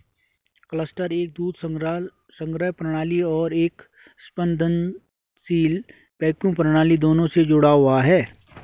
cluster एक दूध संग्रह प्रणाली और एक स्पंदनशील वैक्यूम प्रणाली दोनों से जुड़ा हुआ है